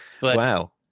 Wow